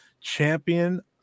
champion